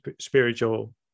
spiritual